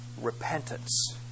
repentance